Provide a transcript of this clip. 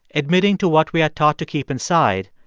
admitting to what we're taught to keep inside,